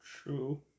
True